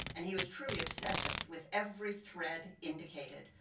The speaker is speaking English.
and he was truly obsessive with every thread indicated,